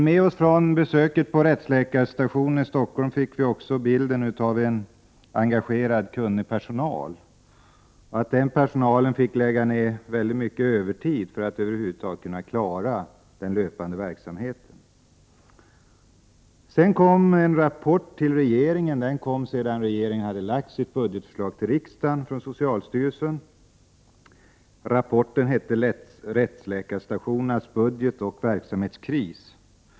Med oss från besöket vid rättsläkarstationen i Solna fick vi också bilden av en engagerad och kunnig personal. Den personalen får lägga ned mycken övertid för att över huvud taget kunna klara den löpande verksamheten. Sedan kom en rapport till regeringen — den kom efter det att regeringen hade avlämnat sitt budgetförslag till riksdagen. Rapporten kom från socialstyrelsen och hette Rättsläkarstationernas budget och verksamhetskris.